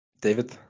David